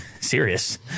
serious